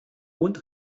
und